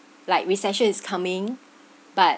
like recession is coming but